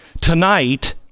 Tonight